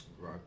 Right